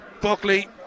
Buckley